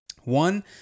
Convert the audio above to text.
One